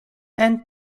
and